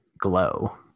glow